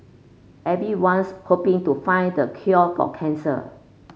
everyone's hoping to find the cure for cancer